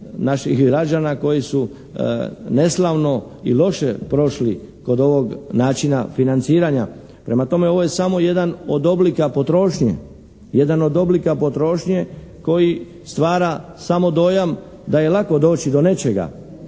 naših građana koji su neslavno i loše prošli kod ovog načina financiranja. Prema tome, ovo je samo jedan od oblika potrošnje koji stvara samo dojam da je lako doći do nečega.